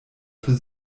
für